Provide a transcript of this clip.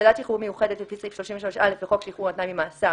שוועדת שחרורים מיוחדת לפי סעיף 33(א) לחוק שחרור על תנאי ממאסר,